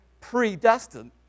predestined